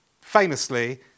famously